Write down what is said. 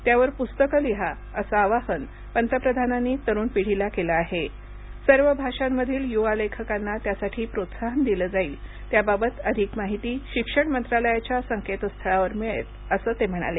त्यावर पुस्तकं लिहा असं आवाहन पंतप्रधानांनी तरूण पिढीला केलं आहे सर्व भाषांमधील युवा लेखकांना त्यासाठी प्रोत्साहन दिलं जाईल त्याबाबत अधिक माहिती शिक्षण मंत्रालयाच्या संकेतस्थळावर मिळेल असं ते म्हणाले